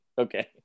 Okay